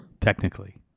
technically